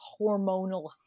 hormonal